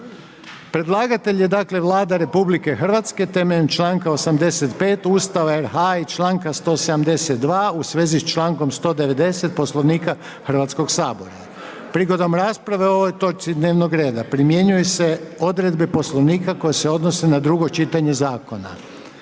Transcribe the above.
Predlagatelj je Vlada RH temeljem članka 85 Ustava RH i članka 172 u svezi s člankom 190 Poslovnika Hrvatskog sabora. Prigodom rasprave o ovoj točci dnevnog reda primjenjuju se odredbe Poslovnika koje se odnose na drugo čitanje zakona.